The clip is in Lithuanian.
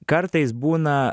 kartais būna